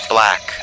Black